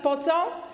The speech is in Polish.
Po co?